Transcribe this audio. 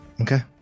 okay